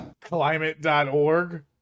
Climate.org